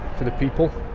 for the people.